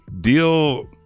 deal –